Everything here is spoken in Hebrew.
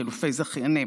חילופי זכיינים,